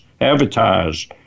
advertise